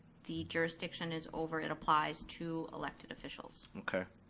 the jurisdiction is over, it applies to elected officials. okay.